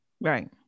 Right